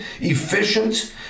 efficient